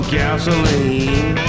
gasoline